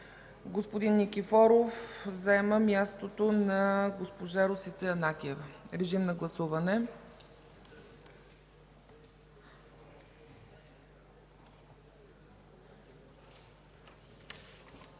Господин Никифоров заема мястото на госпожа Росица Янакиева. Режим на гласуване.